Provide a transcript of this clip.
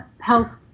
health